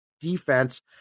defense